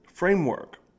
framework